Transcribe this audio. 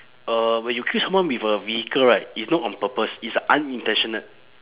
uh when you kill someone with a vehicle right it's not on purpose it's unintentional